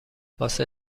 واسه